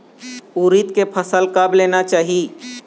उरीद के फसल कब लेना चाही?